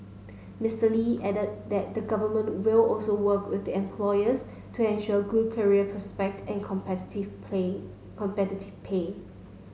Mister Lee added that the Government will also work with employers to ensure good career prospect and play competitive pay